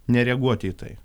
nereaguoti į tai